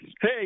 Hey